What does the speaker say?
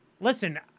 Listen